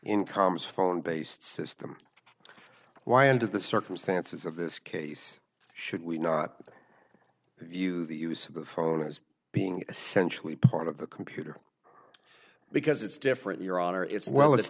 income's phone based system why under the circumstances of this case should we not view the use of the phone as being essentially part of the computer because it's different your honor it's well it's